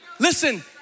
Listen